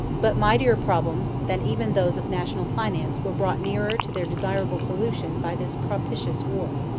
but mightier problems than even those of national finance were brought nearer to their desirable solution by this propitious war.